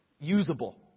Usable